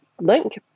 link